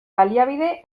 baliabide